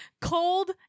cold